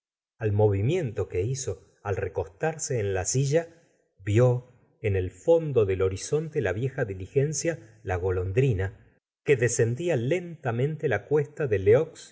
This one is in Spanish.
al movimiento que hizo al recostarse en la silla vió en el fondo del horizonte la vieja diligencia la golondrina que descendía lentamente la cuesta de leux